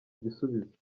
igisubizo